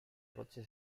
roche